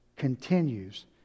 continues